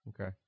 Okay